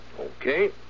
Okay